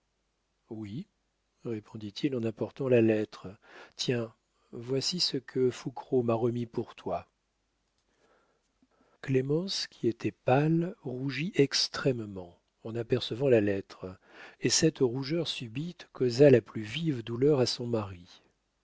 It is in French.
oui répondit-il en apportant la lettre tiens voici ce que fouquereau m'a remis pour toi clémence qui était pâle rougit extrêmement en apercevant la lettre et cette rougeur subite causa la plus vive douleur à son mari